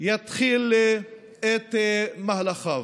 יתחיל את מהלכיו.